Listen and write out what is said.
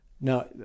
Now